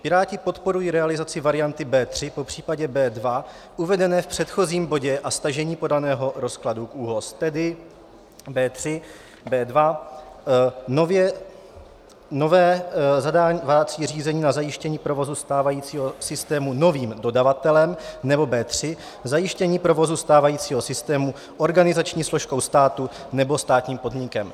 Piráti podporují realizaci varianty B3, popřípadě B2, uvedené v předchozím bodě a stažení podaného rozkladu k ÚOHSu, tedy B3, B2: nové zadávací řízení na zajištění provozu stávajícího systému novým dodavatelem, nebo B3: zajištění provozu stávajícího systému organizační složkou státu nebo státním podnikem.